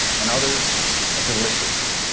and others are delicious,